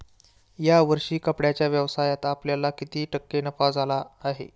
या वर्षी कपड्याच्या व्यवसायात आपल्याला किती टक्के नफा झाला आहे?